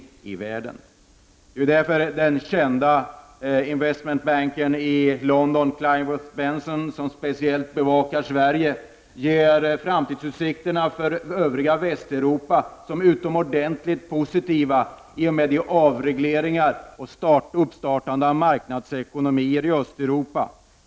Det är ju därför den kända investmentbanken i London Kleinworth & Benson, som speciellt bevakar Sverige, ser framtidsutsikterna för övriga Västeuropa som utomordentligt positiva i och med avregleringarna och framväxander av marknadsekonomier i Östeuropa.